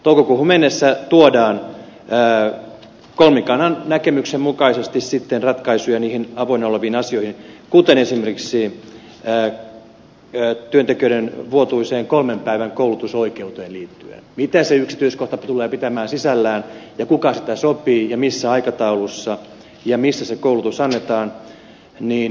toukokuuhun mennessä tuodaan kolmikannan näkemyksen mukaisesti ratkaisuja avoinna oleviin asioihin kuten esimerkiksi työntekijöiden vuotuiseen kolmen päivän koulutusoikeuteen liittyen mitä se yksityiskohta tulee pitämään sisällään ja kuka siitä sopii missä aikataulussa ja missä se koulutus annetaan